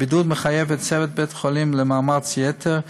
הבידוד מחייב את צוות בית-החולים למאמץ יתר,